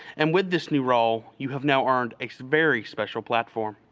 and with this new role you have now earned a very special platform.